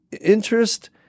interest